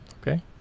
Okay